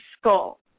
skull